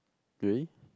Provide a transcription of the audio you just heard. really